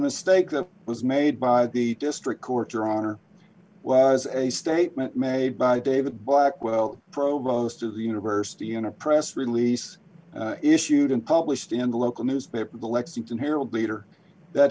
mistake that was made by the district court your honor was a statement made by david blackwell provost of the university in a press release issued and published in the local newspaper the lexington herald leader that